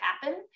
happen